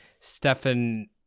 Stefan